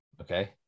Okay